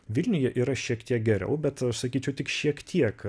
vilniuje yra šiek tiek geriau bet aš sakyčiau tik šiek tiek